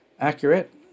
accurate